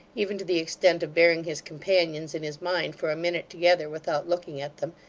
even to the extent of bearing his companions in his mind for a minute together without looking at them,